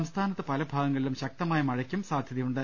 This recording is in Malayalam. സംസ്ഥാനത്ത് പല ഭാഗങ്ങളിലും ശക്തമായ മഴയ്ക്ക് സാധ്യതയുണ്ട്